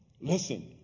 Listen